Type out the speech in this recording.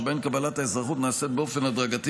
שבהן קבלת האזרחות נעשית באופן הדרגתי